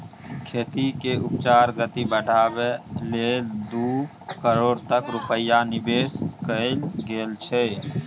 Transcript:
खेती केर उपजाक गति बढ़ाबै लेल दू करोड़ तक रूपैया निबेश कएल गेल छै